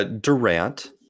Durant